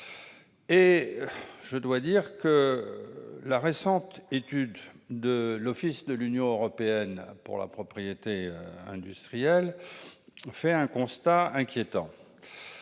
pas si mal. Or une récente étude de l'Office de l'Union européenne pour la propriété industrielle dresse un constat inquiétant